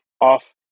off